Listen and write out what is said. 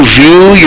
view